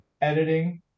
editing